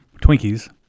Twinkies